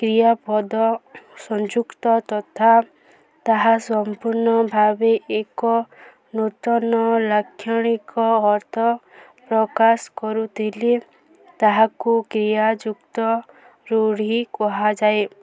କ୍ରିୟାପଦ ସଂଯୁକ୍ତ ତଥା ତାହା ସମ୍ପୂର୍ଣ୍ଣ ଭାବେ ଏକ ନୂତନ ଲକ୍ଷଣିକ ଅର୍ଥ ପ୍ରକାଶ କରୁଥିଲେ ତାହାକୁ କ୍ରିୟା ଯୁକ୍ତ ରୂଢ଼ି କୁହାଯାଏ